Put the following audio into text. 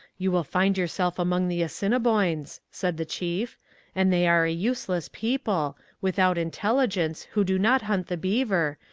you will find yourself among the assiniboines said the chief and they are a useless people, without intelligence, who do not hunt the beaver,